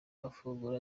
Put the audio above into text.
amafunguro